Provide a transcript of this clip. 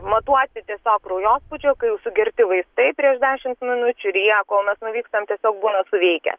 matuoti tiesiog kraujospūdžio kai jau sugerti vaistai prieš dešimt minučių ir jie kol mes nuvykstam tiesiog būna suveikę